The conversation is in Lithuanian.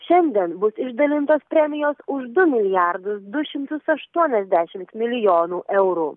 šiandien bus išdalintos premijos už du milijardus du šimtus aštuoniasdešimt milijonų eurų